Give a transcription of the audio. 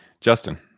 justin